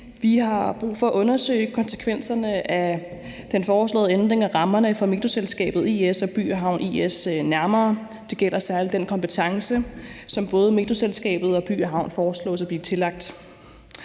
Vi har brug for at undersøge konsekvenserne af den foreslåede ændring af rammerne for Metroselskabet I/S og By & Havn nærmere. Det gælder særlig den kompetence, som både Metroselskabet og By & Havn foreslås at blive tillagt.